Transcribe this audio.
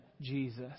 Jesus